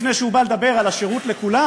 לפני שהוא בא לדבר על השירות לכולם,